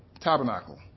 tabernacle